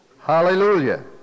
Hallelujah